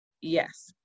Yes